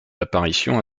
apparitions